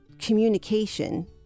communication